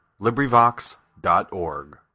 LibriVox.org